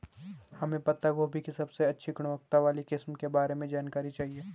हमें पत्ता गोभी की सबसे अच्छी गुणवत्ता वाली किस्म के बारे में जानकारी चाहिए?